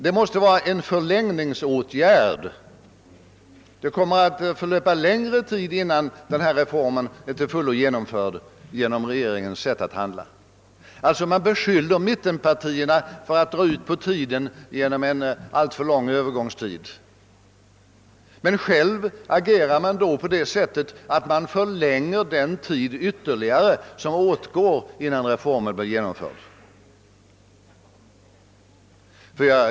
Denna åtgärd måste fördröja genomförandet, eftersom det genom regeringens sätt att handla kommer att dröja längre innan reformen blir till fullo genomförd. Man beskyller alltså mittenpartierna för att dra ut på tiden genom att föreslå en alltför lång övergångstid, men själv agerar man så att man ytterligare förlänger den tid som åtgår för att genomföra reformen!